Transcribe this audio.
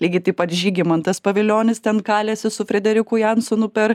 lygiai taip pat žygimantas pavilionis ten kalėsi su frederiku jansonu per